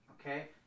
okay